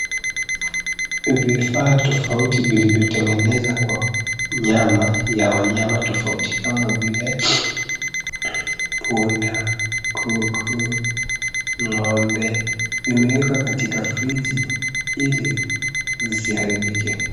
Vifaa tofauti vilivyotengenezwa kwa nyama ya wanyama tofauti kama vile punda, kuku, ng'ombe, vimewekwa katika friji ili zisiharibike.